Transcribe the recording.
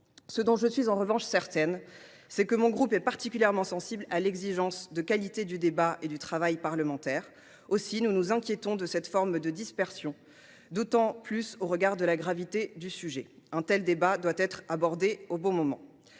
Ce dont je suis en revanche certaine, c’est que le RDSE est particulièrement sensible à l’exigence de qualité du débat et du travail parlementaire. Aussi nous inquiétons nous de cette forme de dispersion, qui plus est au regard de la gravité du sujet. Un tel débat doit être abordé au bon moment.